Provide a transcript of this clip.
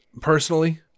personally